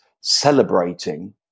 celebrating